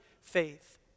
faith